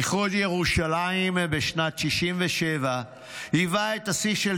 איחוד ירושלים בשנת 1967 היווה את השיא של